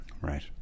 Right